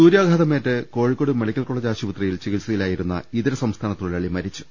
സൂര്യാഘാതമേറ്റ് Kozhikode medical college ആശുപത്രി യിൽ ചികിത്സയിലായിരുന്ന ഇതര സംസ്ഥാന തൊഴിലാളി മരിച്ചു